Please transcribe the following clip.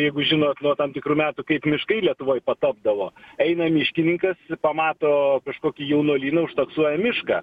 jeigu žinot nuo tam tikrų metų kaip miškai lietuvoje patapdavo eina miškininkas pamato kažkokį jaunuolyną užtaksuoja mišką